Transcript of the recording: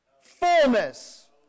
Fullness